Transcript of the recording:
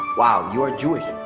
wow, you are jewish.